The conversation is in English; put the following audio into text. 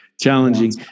challenging